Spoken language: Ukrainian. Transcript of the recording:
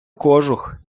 кожух